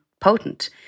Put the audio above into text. potent